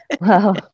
Wow